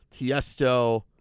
Tiesto